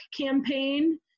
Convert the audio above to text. campaign